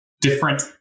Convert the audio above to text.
different